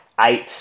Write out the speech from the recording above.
eight